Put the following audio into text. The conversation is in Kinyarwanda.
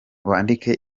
wandike